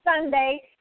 Sunday